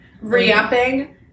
re-upping